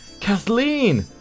Kathleen